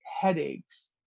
headaches